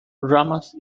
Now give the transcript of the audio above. ramas